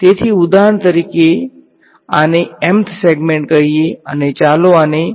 તેથી ઉદાહરણ તરીકે ચાલો આને mth સેગમેન્ટ કહીએ અને ચાલો આને કહીયે